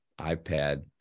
iPad